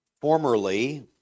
Formerly